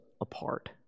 apart